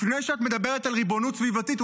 לפני שאת מדברת על ריבונות סביבתית,